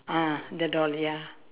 ah the doll ya